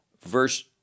verse